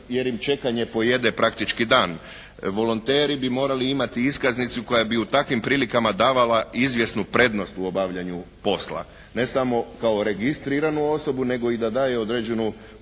jer im čekanje pojede praktički dan. Volonteri bi morali imati iskaznicu koja bi u takvim prilikama davala izvjesnu prednost u obavljanju posla. Ne samo kao registriranu osobu nego i da daje određenu